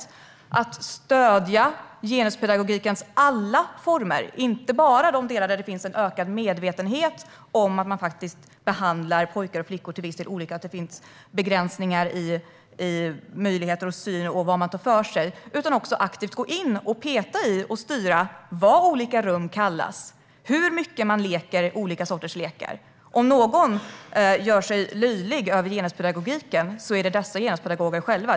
Man vill stödja genuspedagogikens alla former, inte bara i de delar där det finns en ökad medvetenhet om att pojkar och flickor till viss del behandlas olika och har olika möjligheter att ta för sig, utan man vill aktivt gå in och peta i och styra vad olika rum ska kallas och hur mycket barnen ska leka olika sorters lekar. Om någon gör sig löjlig över genuspedagogiken är det dessa genuspedagoger själva.